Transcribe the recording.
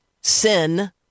sin